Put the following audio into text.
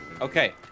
Okay